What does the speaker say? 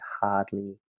hardly